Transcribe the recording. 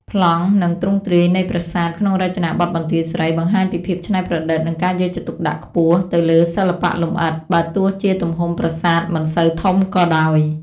ប្លង់ និងទ្រង់ទ្រាយនៃប្រាសាទក្នុងរចនាបថបន្ទាយស្រី បង្ហាញពីភាពច្នៃប្រឌិត និងការយកចិត្តទុកដាក់ខ្ពស់ទៅលើសិល្បៈលម្អិត បើទោះជាទំហំប្រាសាទមិនសូវធំក៏ដោយ។